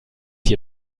hier